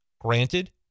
Granted